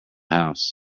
house